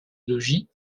logis